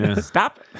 Stop